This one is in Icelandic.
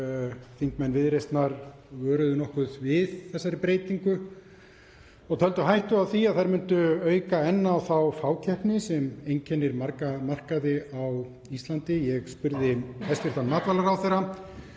Þingmenn Viðreisnar vöruðu nokkuð við þessari breytingu og töldu hættu á því að þær myndu auka enn á þá fákeppni sem einkennir marga markaði á Íslandi. Ég spurði hæstv. matvælaráðherra